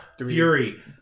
Fury